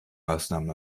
maßnahmen